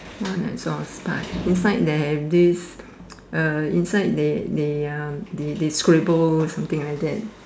one is all spike inside they have this uh inside they they uh they scribble something like that